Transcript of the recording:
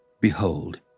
Behold